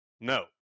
no